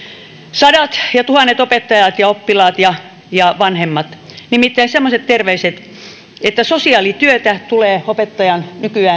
sadat ja tuhannet opettajat ja oppilaat ja ja vanhemmat nimittäin semmoiset terveiset että sosiaalityötä tulee opettajan